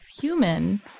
human